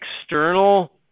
external